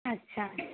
আচ্ছা আচ্ছা